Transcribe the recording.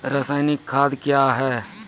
रसायनिक खाद कया हैं?